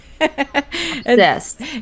Yes